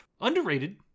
Underrated